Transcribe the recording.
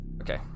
Okay